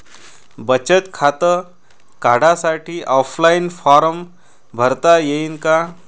बचत खातं काढासाठी ऑफलाईन फारम भरता येईन का?